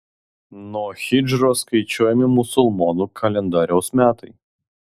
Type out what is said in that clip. nuo hidžros skaičiuojami musulmonų kalendoriaus metai